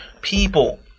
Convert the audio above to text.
people